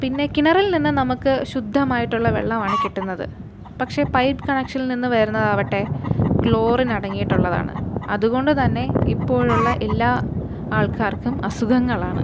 പിന്നെ കിണറിൽ നിന്ന് നമുക്ക് ശുദ്ധമായിട്ടുള്ള വെള്ളമാണ് കിട്ടുന്നത് പക്ഷേ പൈപ്പ് കണക്ഷനിൽ നിന്ന് വരുന്നതാവട്ടെ ക്ലോറിൻ അടങ്ങിയിട്ടുള്ളതാണ് അതുകൊണ്ട് തന്നെ ഇപ്പോഴുള്ള എല്ലാ ആൾക്കാർക്കും അസുഖങ്ങളാണ്